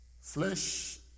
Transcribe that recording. Flesh